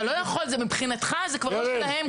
אתה לא יכול מבחינתך זה כבר לא שלהם.